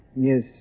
Yes